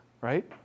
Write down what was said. right